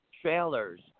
trailers